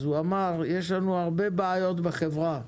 הוא אמר: יש לנו הרבה בעיות בחברה.